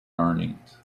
earnings